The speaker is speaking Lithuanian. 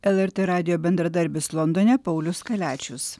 lrt radijo bendradarbis londone paulius kaliačius